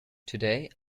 today